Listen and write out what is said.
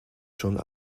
schon